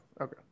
okay